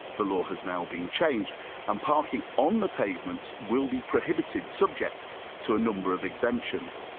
the law has now been changed and parking on the pavements will be prohibited subject to a number of exemptions.